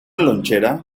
lonchera